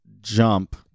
jump